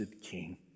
King